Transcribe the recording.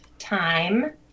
time